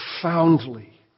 profoundly